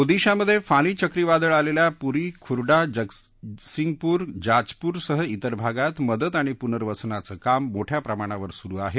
ओदिशामधे फानी चक्रीवादळ आलेल्या पुरी खुरडा जगतसिंगपूर जाजपूर सह तेर भागात मदत आणि पुर्नवसनाचं काम मोठया प्रमाणात सुरु आहे